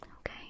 Okay